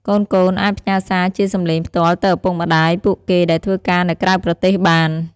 កូនៗអាចផ្ញើសារជាសម្លេងផ្ទាល់ទៅឪពុកម្ដាយពួកគេដែលធ្វើការនៅក្រៅប្រទេសបាន។